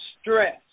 Stress